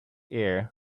here